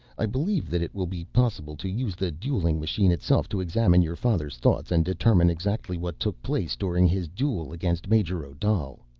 i believe that it will be possible to use the dueling machine itself to examine your father's thoughts and determine exactly what took place during his duel against major odal!